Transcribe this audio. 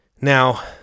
Now